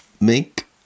make